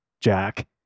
Jack